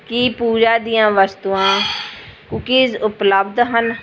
ਕੀ ਪੂਜਾ ਦੀਆਂ ਵਸਤੂਆਂ ਕੂਕੀਜ਼ ਉਪਲਬਧ ਹਨ